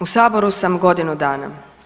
U Saboru sam godinu dana.